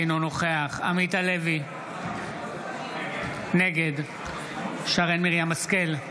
אינו נוכח עמית הלוי, נגד שרן מרים השכל,